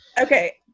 Okay